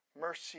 mercy